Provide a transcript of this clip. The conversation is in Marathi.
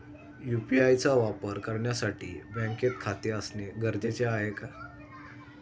यु.पी.आय चा वापर करण्यासाठी बँकेत खाते असणे गरजेचे आहे का?